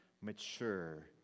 mature